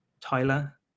Tyler